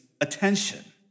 attention